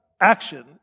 action